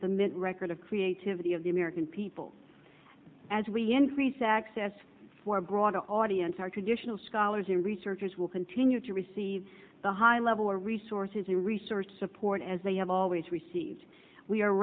mint record of creativity of the american people as we increase access for a broader audience our traditional scholars and researchers will continue to receive the high level resources the research support as they have always received we are